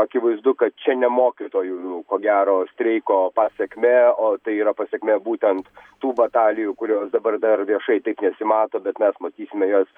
akivaizdu kad čia ne mokytojų ko gero streiko pasekmė o tai yra pasekmė būtent tų batalijų kurios dabar dar viešai taip nesimato bet matykime jas